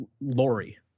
Lori